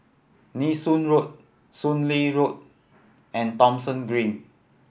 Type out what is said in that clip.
Nee Soon Road Soon Lee Road and Thomson Green